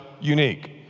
unique